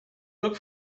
look